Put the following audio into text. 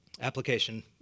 Application